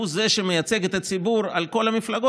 הוא שמייצג את הציבור על כל המפלגות,